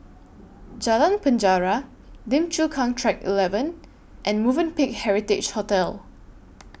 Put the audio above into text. Jalan Penjara Lim Chu Kang Track eleven and Movenpick Heritage Hotel